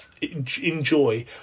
enjoy